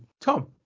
tom